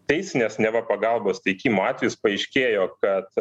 teisinės neva pagalbos teikimo atvejus paaiškėjo kad